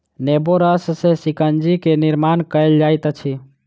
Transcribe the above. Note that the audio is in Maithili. नेबो रस सॅ शिकंजी के निर्माण कयल जाइत अछि